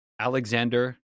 Alexander